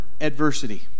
adversity